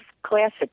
Classic